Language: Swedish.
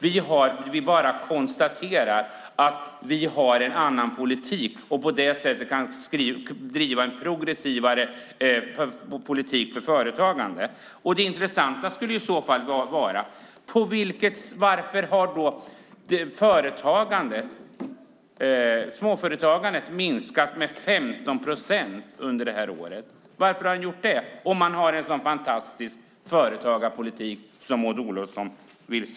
Vi bara konstaterar att vi har en annan politik och kan på det sättet driva en progressivare politik för företagande. Det intressanta skulle i så fall vara: Varför har småföretagandet minskat med 15 procent under detta år? Varför har den gjort det om man har en så fantastisk företagarpolitik som Maud Olofsson säger?